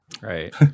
right